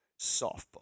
Softball